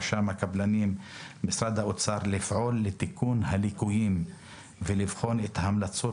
רשם הקבלנים ומשרד האוצר לפעול לתיקון הליקויים ולבחון את ההמלצות